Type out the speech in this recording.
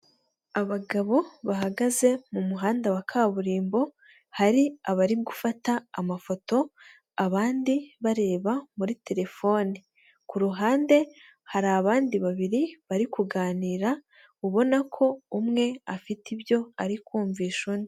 Abagabo bahagaze mu muhanda wa kaburimbo, hari abari gufata amafoto abandi bareba muri terefone, ku ruhande hari abandi babiri bari kuganira ubona ko umwe afite ibyo ari kumvisha undi.